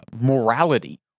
morality